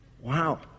Wow